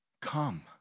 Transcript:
come